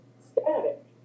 static